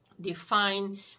define